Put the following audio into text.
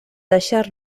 deixar